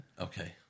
Okay